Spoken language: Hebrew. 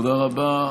תודה רבה.